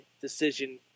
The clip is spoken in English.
decision